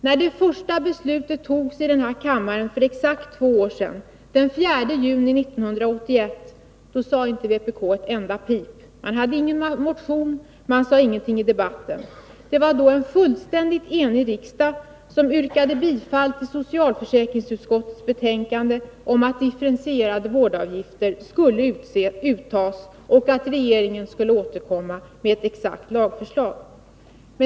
När det första beslutet fattades i denna kammare för exakt två år sedan, den 4 juni 1981, sade vpk inte ett enda pip. Man hade ingen motion, och man sade ingenting i debatten. En fullständigt enig riksdag biföll då socialutskottets förslag om att differentierade avgifter skulle uttas och att regeringen skulle återkomma med ett exakt lagförslag.